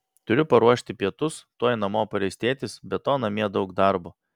turiu paruošti pietus tuoj namo pareis tėtis be to namie daug darbo